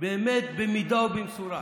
באמת במידה ובמשורה.